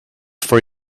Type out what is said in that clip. for